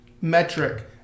metric